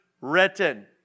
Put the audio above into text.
written